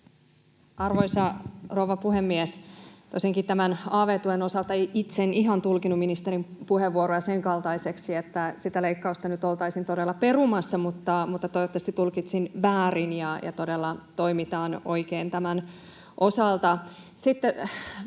Arvoisa rouva puhemies! Tosiaankin tämän av-tuen osalta itse en ihan tulkinnut ministerin puheenvuoroa sen kaltaiseksi, että sitä leikkausta nyt oltaisiin todella perumassa, mutta toivottavasti tulkitsin väärin ja todella toimitaan oikein tämän osalta. Sitten